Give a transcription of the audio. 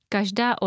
Každá